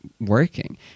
working